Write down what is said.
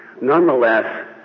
nonetheless